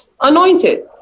anointed